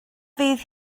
fydd